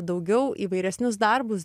daugiau įvairesnius darbus